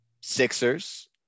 Sixers